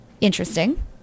interesting